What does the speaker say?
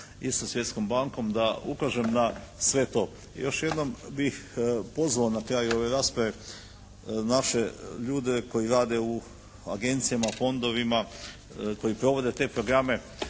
i sa Svjetskom bankom da ukažem na sve to. Još jednom bih pozvao na kraju ove rasprave naše ljude koji rade u agencijama, fondovima, koji provode te programe,